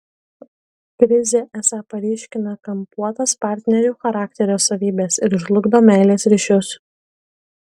krizė esą paryškina kampuotas partnerių charakterio savybes ir žlugdo meilės ryšius